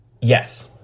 Yes